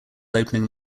opening